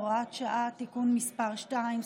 הוראת שעה) (תיקון מס' 2),